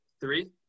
three